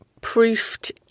proofed